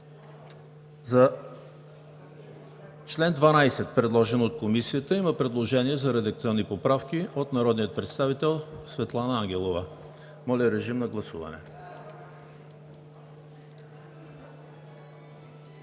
По чл. 12, предложен от Комисията, има предложение за редакционни поправки от народния представител Светлана Ангелова. Моля, гласувайте.